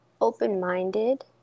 open-minded –